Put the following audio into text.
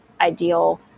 ideal